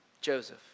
Joseph